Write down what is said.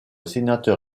sénateur